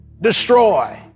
destroy